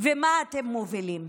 ומה אתם מובילים.